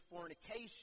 fornication